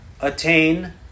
attain